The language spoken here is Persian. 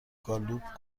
گالوپ